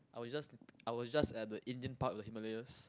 I was just I was just at the Indian part of Himalayas